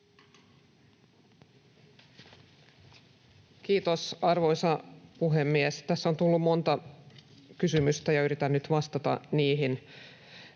Kiitos, arvoisa puhemies! Tässä on tullut monta kysymystä, ja yritän nyt vastata niihin.